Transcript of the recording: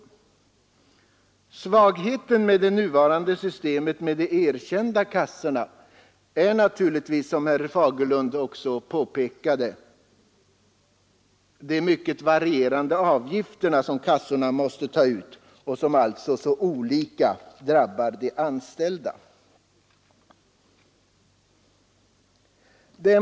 En svaghet hos det nuvarande systemet med de erkända kassorna är naturligtvis också, som även herr Fagerlund påpekat, de mycket varierande avgifter som kassorna måste ta ut och som så olika drabbar de anställda.